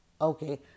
Okay